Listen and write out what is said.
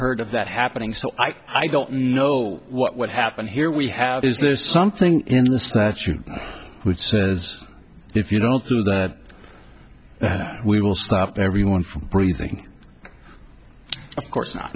heard of that happening so i don't know what happened here we have is there something in the statute which says if you don't do that we will stop everyone from breathing of course not